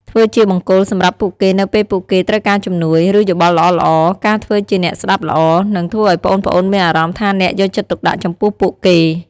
ធ្វើជាបង្គោលសម្រាប់ពួកគេនៅពេលពួកគេត្រូវការជំនួយ ឬយោបល់ល្អៗ ការធ្វើជាអ្នកស្ដាប់ល្អ នឹងធ្វើឱ្យប្អូនៗមានអារម្មណ៍ថាអ្នកយកចិត្តទុកដាក់ចំពោះពួកគេ ។